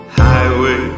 highway